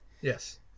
Yes